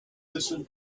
listen